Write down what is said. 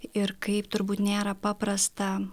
ir kaip turbūt nėra paprasta